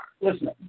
Listen